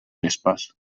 vespes